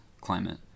climate